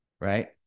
right